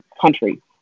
country